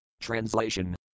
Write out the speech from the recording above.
Translation